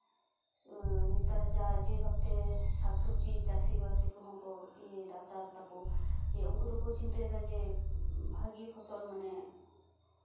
ᱱᱮᱛᱟᱨ ᱡᱟ ᱡᱮ ᱵᱷᱟᱵ ᱛᱮ ᱥᱟᱠᱼᱥᱚᱵᱡᱤ ᱪᱟᱥᱤᱼᱵᱟᱥᱤ ᱠᱚᱦᱚᱸ ᱠᱚ ᱤᱭᱟᱹ ᱭᱮᱫᱟᱠᱚ ᱪᱟᱥᱮᱫᱟ ᱠᱚ ᱡᱮ ᱩᱱᱠᱩ ᱫᱚᱠᱚ ᱪᱤᱱᱛᱟᱹᱭᱮᱫᱟ ᱡᱮ ᱵᱷᱟᱜᱮ ᱯᱷᱚᱥᱚᱞ ᱢᱟᱱᱮ